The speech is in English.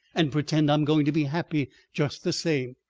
and pretend i'm going to be happy just the same.